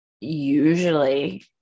usually